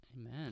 Amen